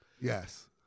Yes